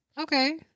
okay